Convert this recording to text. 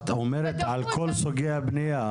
את אומרת "על כל סוגי הבנייה",